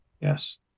yes